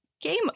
game